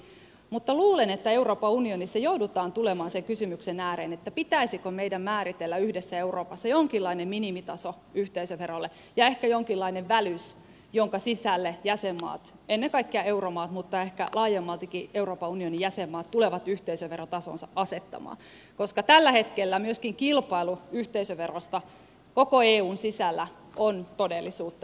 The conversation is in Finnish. mutta luulen että euroopan unionissa joudutaan tulemaan sen kysymyksen ääreen pitäisikö meidän määritellä yhdessä euroopassa jonkinlainen minimitaso yhteisöverolle ja ehkä jonkinlainen välys jonka sisälle jäsenmaat ennen kaikkea euromaat mutta ehkä laajemmaltikin euroopan unionin jäsenmaat tulevat yhteisöverotasonsa asettamaan koska tällä hetkellä myöskin kilpailu yhteisöverosta koko eun sisällä on todellisuutta